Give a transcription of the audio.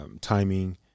timing